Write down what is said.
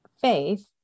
faith